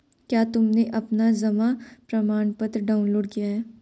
क्या तुमने अपना जमा प्रमाणपत्र डाउनलोड किया है?